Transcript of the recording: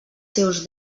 seus